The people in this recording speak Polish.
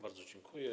Bardzo dziękuję.